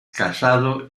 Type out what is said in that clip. casado